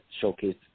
showcase